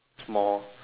small